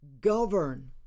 govern